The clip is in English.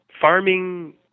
farming